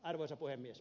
arvoisa puhemies